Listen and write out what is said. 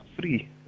free